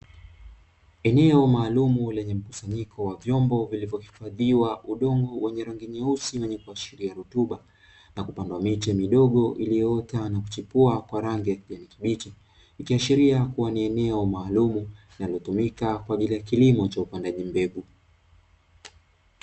Eneo maalumu lenye mkusanyiko wa vyombo vilivyohifadhiwa udongo wenye rangi nyeusi wenye kuashiria rotuba na kupandwa miche midogo na kuchipua kwa rangi ya kijani kibichi. Ikiashiria ni eneo maalumu linalotumika kwa ajili ya kilimo cha upandaji mbegu.